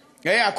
בגללו.